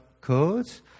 codes